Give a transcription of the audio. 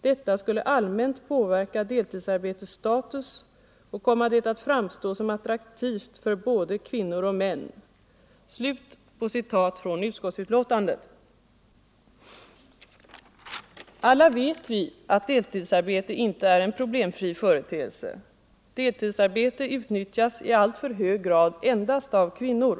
Detta skulle allmänt påverka deltidsarbetets status och komma det att framstå som attraktivt för både kvinnor och män.” Alla vet vi att deltidsarbete inte är en problemfri företeelse. Deltids arbete utnyttjas i alltför hög grad endast av kvinnor.